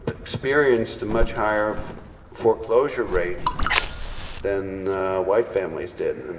experienced a much higher foreclosure rate than white families did, and and